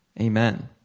Amen